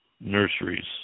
nurseries